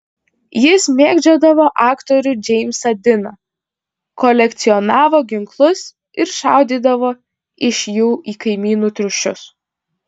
jis mėgdžiodavo aktorių džeimsą diną kolekcionavo ginklus ir šaudydavo iš jų į kaimynų triušius